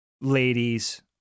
ladies